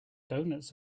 donuts